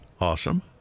Awesome